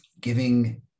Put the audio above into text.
giving